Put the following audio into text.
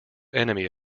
enemy